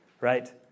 right